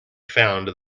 found